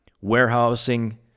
warehousing